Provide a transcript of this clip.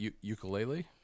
ukulele